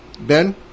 Ben